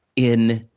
in